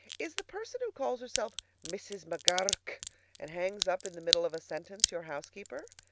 is the person who calls herself mrs. mcgur-rk and hangs up in the middle of a sentence your housekeeper?